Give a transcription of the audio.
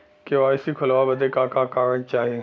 KYC खोलवावे बदे का का कागज चाही?